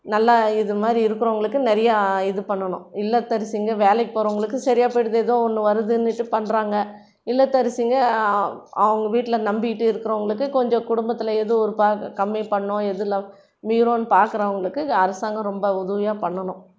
நல்லா இது மாதிரி இருக்கிறவங்களுக்கு நிறையா இது பண்ணணும் இல்லத்தரசிங்கள் வேலைக்கு போகிறவங்களுக்கு சரியா போயிடுது ஏதோ ஒன்று வருதுன்னுட்டு பண்ணுறாங்க இல்லத்தரசிங்கள் அவங்க வீட்டில நம்பிட்டு இருக்கிறவங்களுக்கு கொஞ்சம் குடும்பத்தில் ஏதோ ஒரு பா கம்மி பண்ணும் எதில் மீரும்னு பார்க்குறவங்களுக்கு அரசாங்கம் ரொம்ப உதவியாக பண்ணணும்